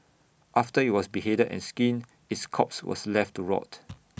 after IT was beheaded and skinned its corpse was left to rot